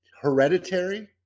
Hereditary